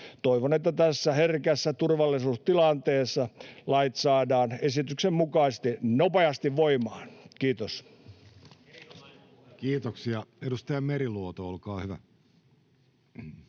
Toivon, että tässä herkässä turvallisuustilanteessa lait saadaan esityksen mukaisesti nopeasti voimaan. — Kiitos. Kiitoksia. — Edustaja Meriluoto, olkaa hyvä.